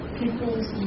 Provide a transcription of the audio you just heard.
people's